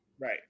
right